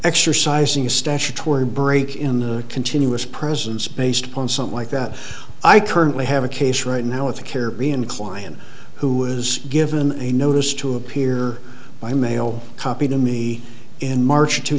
exercising statutory break in the continuous presence based upon something like that i currently have a case right now with a caribbean client who was given a notice to appear by mail copy to me in march